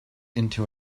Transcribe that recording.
into